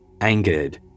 Angered